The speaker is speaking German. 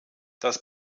das